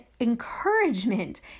encouragement